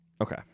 Okay